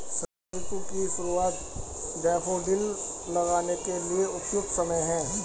शरद ऋतु की शुरुआत डैफोडिल लगाने के लिए उपयुक्त समय है